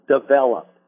developed